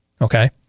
Okay